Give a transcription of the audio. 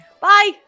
Bye